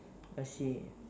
lets see it